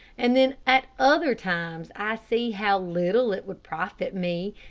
and then at other times i see how little it would profit me,